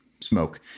smoke